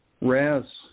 Raz